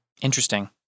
Interesting